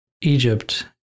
Egypt